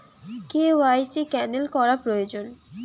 KYC cancel করা প্রয়োজন?